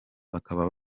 bakaba